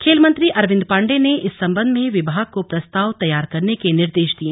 खेलमंत्री अरविंद पांडेय ने इस संबंध में विभाग को प्रस्ताव तैयार करने के निर्देश दिए हैं